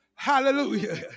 hallelujah